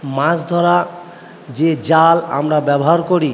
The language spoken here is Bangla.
মাছ ধরা যে জাল আমরা ব্যবহার করি